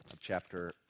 chapter